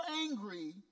angry